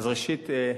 ראשית,